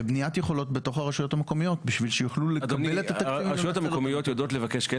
לביית יכולות בתוך הרשויות המקומיות כדי שידעו לבקש את התקציב.